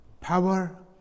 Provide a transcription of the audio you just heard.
Power